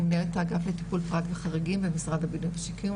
אני מנהלת האגף לטיפול פרט וחריגים במשרד הבינוי והשיכון,